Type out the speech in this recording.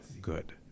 good